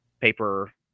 paper